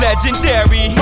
Legendary